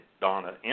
Donna